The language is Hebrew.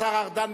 השר ארדן,